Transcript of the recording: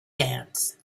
dance